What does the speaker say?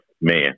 Man